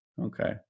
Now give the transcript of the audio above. Okay